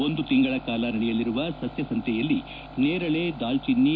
ಒಂದು ತಿಂಗಳ ಕಾಲ ನಡೆಯಲಿರುವ ಸಸ್ಕಸಂತೆಯಲ್ಲಿ ನೇರಳೆ ದಾಲ್ಟಿನ್ನಿ